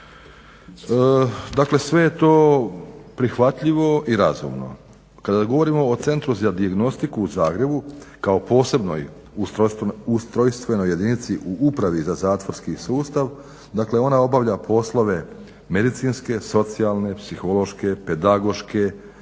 Dakle sve je to prihvatljivo i razumno. Kada govorimo o centru za dijagnostiku u Zagrebu kao o posebnoj ustrojstvenoj jedinici u upravi za zatvorski sustav, dakle ona obavlja poslove medicinske, socijalne, psihološke, pedagoške,